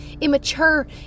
immature